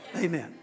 Amen